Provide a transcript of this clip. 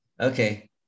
okay